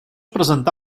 presentà